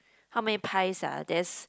how many pies ah there's